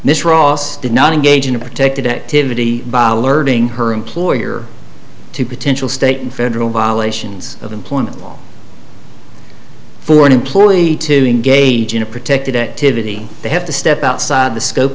ross did not engage in a protected activity by alerting her employer to potential state and federal violations of employment law for an employee to engage in a protected activity they have to step outside the scope